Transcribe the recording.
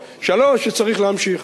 3. שצריך להמשיך.